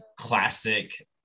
classic